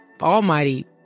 almighty